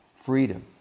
freedom